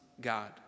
God